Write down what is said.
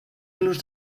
plus